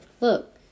Look